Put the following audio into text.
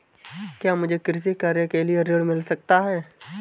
क्या मुझे कृषि कार्य के लिए ऋण मिल सकता है?